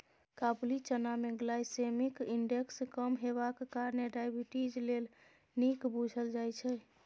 काबुली चना मे glycemic index कम हेबाक कारणेँ डायबिटीज लेल नीक बुझल जाइ छै